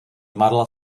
marla